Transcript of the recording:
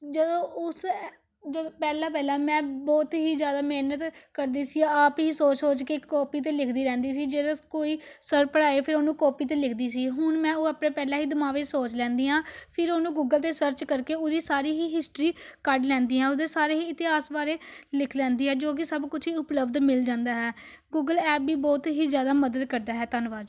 ਜਦੋਂ ਉਸ ਜਦੋਂ ਪਹਿਲਾਂ ਪਹਿਲਾਂ ਮੈਂ ਬਹੁਤ ਹੀ ਜ਼ਿਆਦਾ ਮਿਹਨਤ ਕਰਦੀ ਸੀ ਆਪ ਹੀ ਸੋਚ ਸੋਚ ਕੇ ਇੱਕ ਕਾਪੀ 'ਤੇ ਲਿਖਦੀ ਰਹਿੰਦੀ ਸੀ ਜਦੋਂ ਕੋਈ ਸਰ ਪੜ੍ਹਾਏ ਫਿਰ ਉਹਨੂੰ ਕਾਪੀ 'ਤੇ ਲਿਖਦੀ ਸੀ ਹੁਣ ਮੈਂ ਉਹ ਆਪਣੇ ਪਹਿਲਾਂ ਹੀ ਦਿਮਾਗ ਵਿੱਚ ਸੋਚ ਲੈਂਦੀ ਹਾਂ ਫਿਰ ਉਹਨੂੰ ਗੂਗਲ 'ਤੇ ਸਰਚ ਕਰਕੇ ਉਹਦੀ ਸਾਰੀ ਹੀ ਹਿਸਟਰੀ ਕੱਢ ਲੈਂਦੀ ਹਾਂ ਉਹਦੇ ਸਾਰੇ ਹੀ ਇਤਿਹਾਸ ਬਾਰੇ ਲਿਖ ਲੈਂਦੀ ਹੈ ਜੋ ਕਿ ਸਭ ਕੁਛ ਉਪਲੱਬਧ ਮਿਲ ਜਾਂਦਾ ਹੈ ਗੂਗਲ ਐਪ ਵੀ ਬਹੁਤ ਹੀ ਜ਼ਿਆਦਾ ਮਦਦ ਕਰਦਾ ਹੈ ਧੰਨਵਾਦ